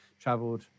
traveled